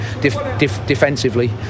defensively